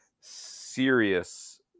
Serious